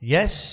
Yes